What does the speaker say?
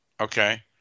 Okay